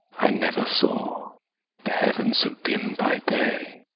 i never saw the heavens so dim by day.